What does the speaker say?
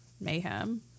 mayhem